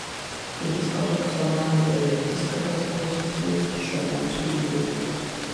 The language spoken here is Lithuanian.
jis kolekcionavo beveik viską kas buvo susiję su šiuo nacių lyderiu